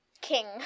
king